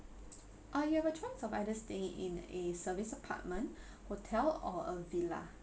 uh you have a choice of either stay in a service apartment hotel or a villa